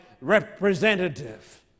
representative